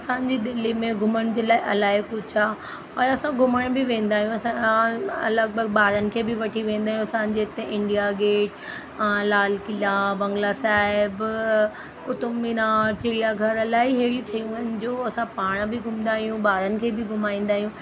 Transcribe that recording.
असांजी दिल्ली में घुमण जे लाइ अलाई कुझु आहे ऐं असां घुमण बि वेंदा आहियूं असां लॻिभॻि ॿारनि खे बि वठी वेंदा आहियूं असांजे हिते इंडिया गेट लालकिला बंगला साहिब कुतुबमीनार चिड़िया घर अलाई हेड़ी शयूं आहिनि जो असां पाण बि घुमंदा आहियूं ॿारनि खे बि घुमाईंदा आहियूं